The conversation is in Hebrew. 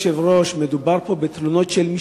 אדוני היושב-ראש, מדובר פה בתלונות של משפחות.